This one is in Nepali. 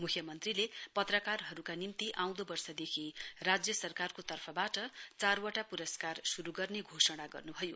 मुख्यमन्त्रीले पत्रकारहरूका निम्ति आउँदो वर्षदेखि राज्य सरकारको तर्फबाट चारवटा पुरस्कार शुरू गर्ने घोषणा गर्नुभयो